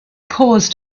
caused